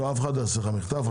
לא יעשו לך מחטף.